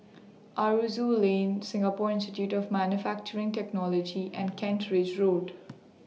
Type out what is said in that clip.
Aroozoo Lane Singapore Institute of Manufacturing Technology and Kent Ridge Road